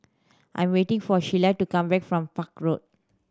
I'm waiting for Sheila to come back from Park Road